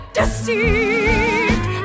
deceived